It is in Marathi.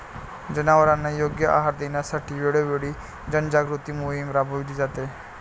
जनावरांना योग्य आहार देण्यासाठी वेळोवेळी जनजागृती मोहीम राबविली जाते